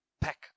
pack